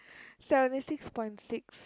seventy six point six